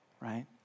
right